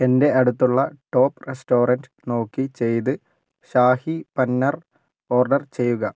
എന്റെ അടുത്തുള്ള top restaurant നോക്കി ചെയ്ത് ഷാഹി പന്നർ ഓർഡർ ചെയ്യുക